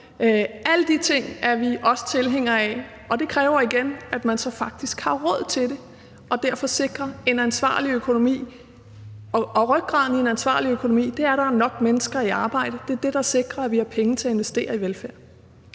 Alle de ting er vi også tilhængere af, og det kræver igen, at man så faktisk har råd til det, og at man derfor sikrer en ansvarlig økonomi. Og rygraden i en ansvarlig økonomi er, at der er nok mennesker i arbejde – det er det, der sikrer, at vi har penge til at investere i velfærd.